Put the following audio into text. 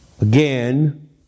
Again